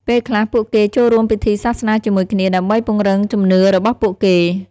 ពេលខ្លះពួកគេចូលរួមពិធីសាសនាជាមួយគ្នា ដើម្បីពង្រឹងជំនឿរបស់ពួកគេ។